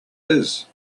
his